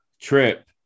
Trip